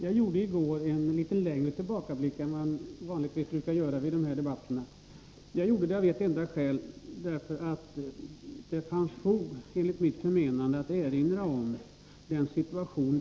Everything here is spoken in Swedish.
Nr 11 Herr talman!